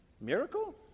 Miracle